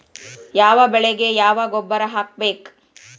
ಯಾವ ಬೆಳಿಗೆ ಯಾವ ಗೊಬ್ಬರ ಹಾಕ್ಬೇಕ್?